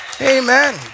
amen